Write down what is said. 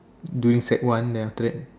during sec one then after that